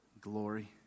glory